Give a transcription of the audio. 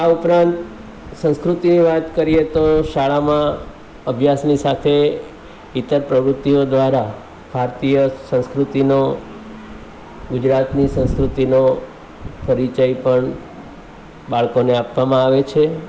આ ઉપરાંત સંસ્કૃતિની વાત કરીએ તો શાળામાં અભ્યાસની સાથે ઈત્તર પ્રવૃતિઓ દ્વારા ભારતીય સંસ્કૃતિનો ગુજરાતની સંસ્કૃતિનો પરિચય પણ બાળકોને આપવામાં આવે છે